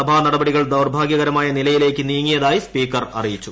സഭാ നടപടികൾ ദൌർഭാഗ്യകരമായ നിലയിലേക്ക് നീങ്ങിയതായി സ്പീക്കർ അറിയിച്ചു